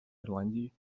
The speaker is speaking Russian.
ирландии